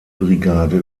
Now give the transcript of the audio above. brigade